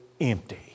empty